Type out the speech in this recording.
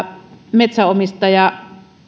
metsänomistaja